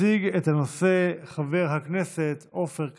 יציג את הנושא חבר הכנסת עופר כסיף,